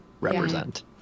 represent